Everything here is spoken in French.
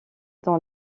dans